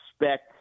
expect